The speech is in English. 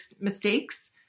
mistakes